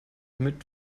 mit